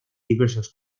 diversos